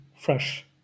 fresh